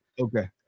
okay